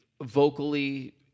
vocally